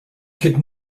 could